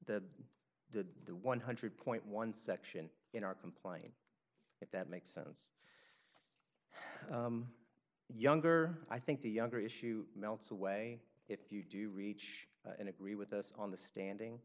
add the one hundred point one section in our complying if that makes sense younger i think the younger issue melts away if you do reach and agree with us on the standing